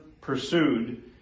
pursued